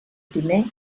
primer